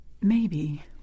Maybe